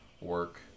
work